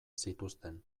zituzten